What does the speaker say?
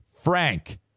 Frank